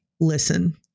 listen